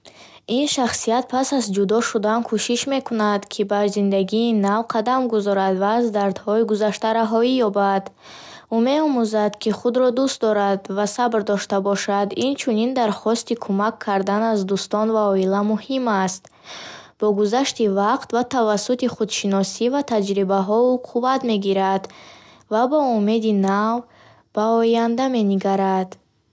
Ин шахсият пас аз ҷудо шудан кӯшиш мекунад, ки ба зиндагии нав қадам гузорад ва аз дардҳои гузашта раҳоӣ ёбад. Ӯ меомӯзад, ки худро дӯст дорад ва сабр дошта бошад, инчунин дархости кӯмак кардан аз дӯстон ва оила муҳим аст. Бо гузашти вақт ва тавассути худшиносӣ ва таҷрибаҳо, ӯ қувват мегирад ва бо умеди нав ба оянда менигарад.